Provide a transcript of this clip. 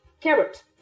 carrot